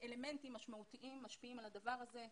אלמנטים משמעותיים משפיעים על הדבר הזה.